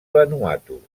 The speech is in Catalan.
vanuatu